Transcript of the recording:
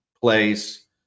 place